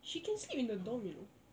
she can sleep in the dorm you know